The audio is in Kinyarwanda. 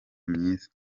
myiza